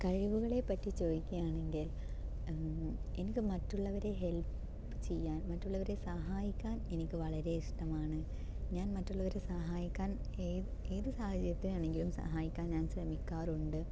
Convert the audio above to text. കഴിവുകളെ പറ്റി ചോദിക്കുകയാണെങ്കിൽ എനിക്ക് മറ്റുള്ളവരെ ഹെല്പ് ചെയ്യാൻ മറ്റുള്ളവരെ സഹായിക്കാൻ എനിക്ക് വളരെ ഇഷ്ടമാണ് ഞാൻ മറ്റുള്ളവരെ സഹായിക്കാൻ ഏത് ഏത് സാഹചര്യത്തിലാണെങ്കിലും സഹായിക്കാൻ ഞാൻ ശ്രമിക്കാറുണ്ട്